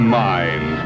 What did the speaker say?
mind